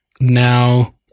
now